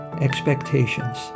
expectations